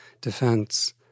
defense